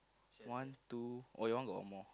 one two or your one got one more